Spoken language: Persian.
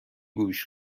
گوش